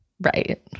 right